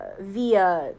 via